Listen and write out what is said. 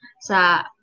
sa